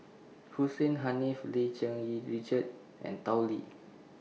Hussein Haniff Lim Cherng Yih Richard and Tao Li